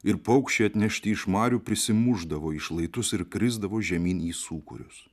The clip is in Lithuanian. ir paukščiai atnešti iš marių prisimušdavo į šlaitus ir krisdavo žemyn į sūkurius